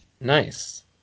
nice